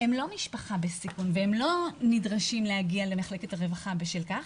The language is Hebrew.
הם לא משפחה בסיכון והם לא נדרשים להגיע למחלקת הרווחה בשל כך.